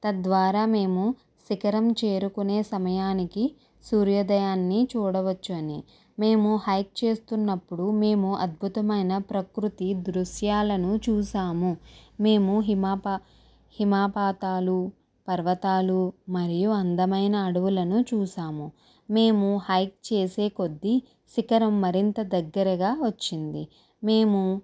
తద్వారా మేము శిఖరం చేరుకునే సమయానికి సూర్యోదయాన్ని చూడవచ్చు అని మేము హైక్ చేస్తున్నప్పుడు మేము అద్భుతమైన ప్రకృతి దృశ్యాలను చూసాము మేము హిమాపా హిమాపాతాలు పర్వతాలు మరియు అందమైన అడవులను చూసాము మేము హైక్ చేసే కొద్ది శిఖరం మరింత దగ్గరగా వచ్చింది మేము